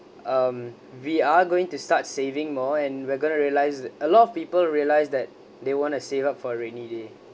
um we are going to start saving more and we're going to realise a lot of people realise that they want to save up for rainy day